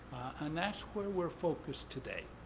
and that's where we're focused today.